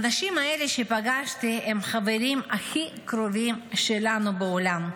האנשים האלה שפגשתי הם החברים הכי קרובים שלנו בעולם,